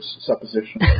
supposition